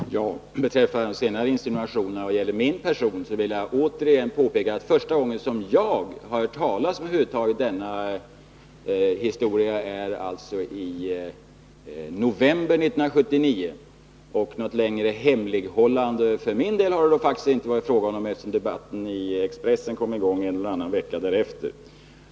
Herr talman! Beträffande den senaste insinuationen, mot min person, vill jag återigen påpeka att första gången som jag över huvud taget hörde talas om denna utbildning var i november 1979. Något längre hemlighållande för min del har det faktiskt inte varit fråga om, eftersom debatten i Expressen kom i gång en eller annan vecka därefter.